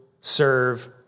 serve